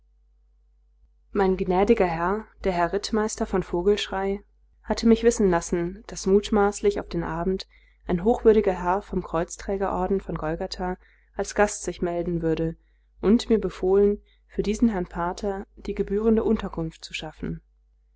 mein gnädiger herr der herr rittmeister von vogelschrey hatte mich wissen lassen daß mutmaßlich auf den abend ein hochwürdiger herr vom kreuzträger orden von golgatha als gast sich melden würde und mir befohlen für diesen herrn pater die gebührende unterkunft zu schaffen